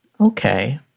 Okay